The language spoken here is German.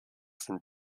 sind